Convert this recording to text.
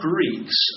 Greeks